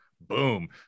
boom